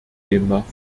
demnach